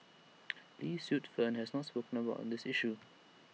lee Suet Fern has not spoken up on this issue